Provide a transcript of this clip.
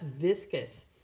viscous